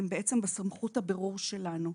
הן בעצם בסמכות הבירור שלנו.